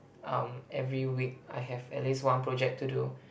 um every week I have at least one project to do